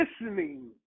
listening